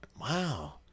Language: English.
Wow